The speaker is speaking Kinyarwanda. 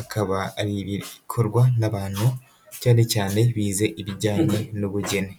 akaba ari ibikorwa n'abantu, cyane cyane bize ibijyanye n'ubugeni.